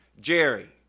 Jerry